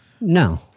No